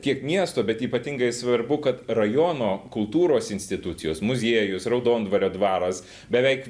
tiek miesto bet ypatingai svarbu kad rajono kultūros institucijos muziejus raudondvario dvaras beveik